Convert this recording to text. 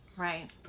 Right